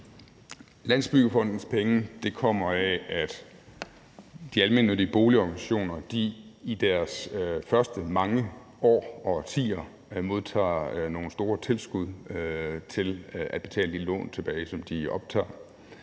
Landsbyggefondens penge kommer af, at de almene boligorganisationer i deres første mange år og årtier modtager nogle store tilskud til at betale det lån tilbage, som de optager.